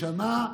שנה פלוס-מינוס.